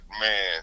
man